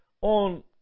on